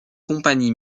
compagnie